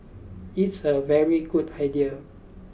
it's a very good idea